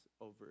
over